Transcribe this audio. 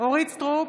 אורית מלכה סטרוק,